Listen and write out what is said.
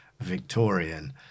Victorian